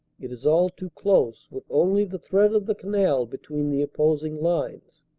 it is all too close with only the thread of the canal between the oppos ing lines.